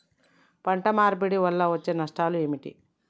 పంట మార్పిడి వల్ల వచ్చే నష్టాలు ఏమిటి?